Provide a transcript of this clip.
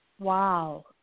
Wow